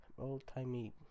old-timey